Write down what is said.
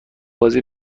بازی